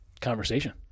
conversation